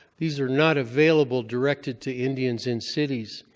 these are not available directed to indians in cities.